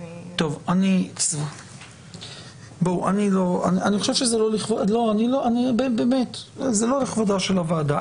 אני חושב שזה לא לכבודה של הוועדה.